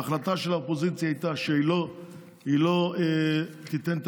ההחלטה של האופוזיציה הייתה שהיא לא תיתן את